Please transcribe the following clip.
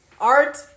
art